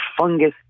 fungus